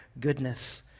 goodness